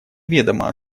ведомо